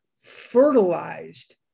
fertilized